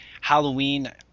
Halloween